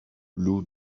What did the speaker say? blue